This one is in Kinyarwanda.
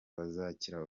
bazakira